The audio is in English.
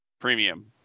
Premium